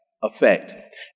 Effect